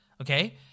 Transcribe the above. Okay